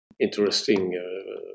interesting